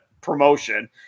promotion